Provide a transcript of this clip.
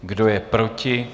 Kdo je proti?